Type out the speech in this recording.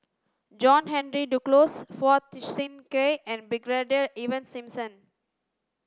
John Henry Duclos Phua Thin Kiay and Brigadier Ivan Simson